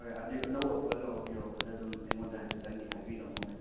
ꯍꯣꯏ ꯑꯗꯨ ꯑꯅꯧꯕ ꯄꯣꯠ ꯌꯧꯔꯛꯄꯗ ꯑꯗꯨꯝ ꯑꯩꯉꯣꯟꯗ ꯍꯥꯏꯐꯦꯠꯇꯪꯗꯤ ꯍꯥꯏꯕꯤꯔꯛꯑꯝꯃꯣ ꯃꯦꯝ